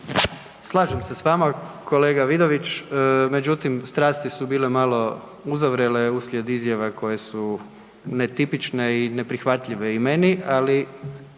Slažem se s vama, kolega Vidović, međutim, strasti su bile malo uzavrele uslijed izjava koje su netipične i neprihvatljive i meni, ali